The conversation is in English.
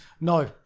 no